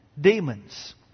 demons